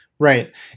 Right